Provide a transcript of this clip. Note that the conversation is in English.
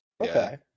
Okay